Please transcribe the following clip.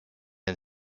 and